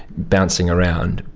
bouncing around,